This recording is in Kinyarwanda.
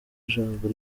ijambo